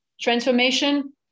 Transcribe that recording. Transformation